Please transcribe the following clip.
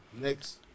Next